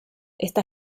esta